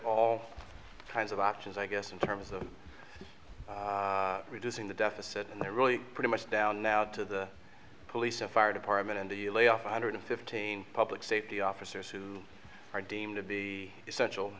all kinds of options i guess in terms of reducing the deficit and they're really pretty much down now to the police and fire department and the layoff one hundred fifteen public safety officers who are deemed of the essential